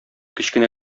кечкенә